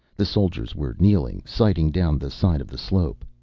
the soldiers were kneeling, sighting down the side of the slope.